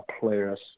players